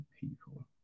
people